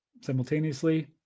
simultaneously